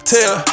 Tell